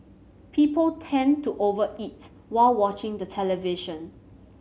people tend to over eat while watching the television